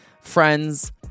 friends